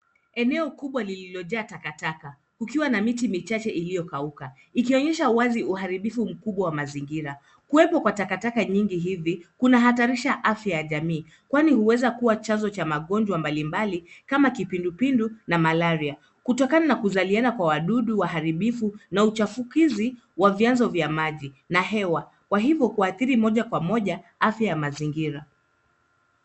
Eneo kubwa lililojaa takataka kukiwa na miti michache iliyokauka ikionyesha wazi uharibifu mkubwa wa mazingira. Kuwepo kwa takataka nyingi hivi kunahatarisha afya ya jamii kwani huwezakua chanzo cha magonjwa mbalimbali kama kipindupindu na malaria. Kutokana na kuzaliana kwa wadudu waharibifu na uchafukizi wa vyanzo vya maji na hewa kwa hivyo kuathiri moja kwa moja afya ya mazingira.